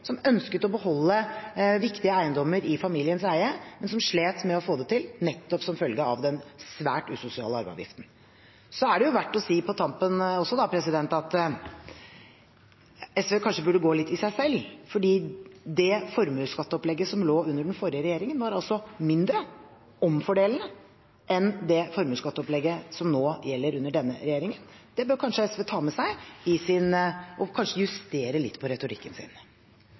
som ønsket å beholde viktige eiendommer i familiens eie, men som slet med å få det til, nettopp som følge av den svært usosiale arveavgiften. Så er det på tampen verdt å si at SV kanskje burde gå litt i seg selv, for det formuesskatteopplegget som lå under den rød-grønne regjeringen, var mindre omfordelende enn det formuesskatteopplegget som gjelder under denne regjeringen. Det bør kanskje SV ta med seg og kanskje justere litt på retorikken sin.